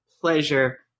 pleasure